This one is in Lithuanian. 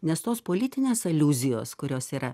nes tos politinės aliuzijos kurios yra